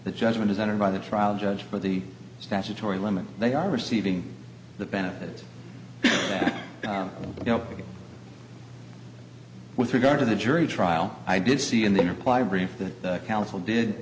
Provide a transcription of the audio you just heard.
that judgment is entered by the trial judge for the statutory limit they are receiving the benefits you know with regard to the jury trial i did see in the reply brief that counsel did